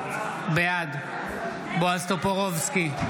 בעד בועז טופורובסקי,